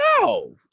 No